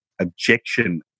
objection